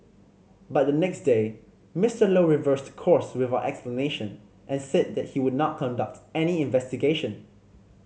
but the next day Mister Low reversed course without explanation and said that he would not conduct any investigation